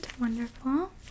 Wonderful